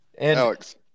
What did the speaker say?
Alex